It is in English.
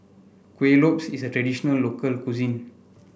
Kuih Lopes is a traditional local cuisine